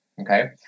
okay